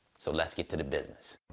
so let's get to the business.